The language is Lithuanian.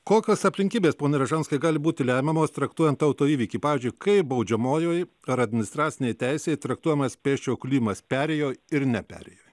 kokios aplinkybės pone ražanskai gali būti lemiamos traktuojant auto įvykį pavyzdžiui kaip baudžiamojoj ar administracinėj teisėj traktuojamas pėsčiojo kliudymas perėjoj ir ne perėjoj